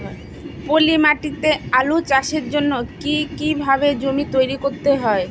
পলি মাটি তে আলু চাষের জন্যে কি কিভাবে জমি তৈরি করতে হয়?